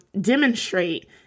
demonstrate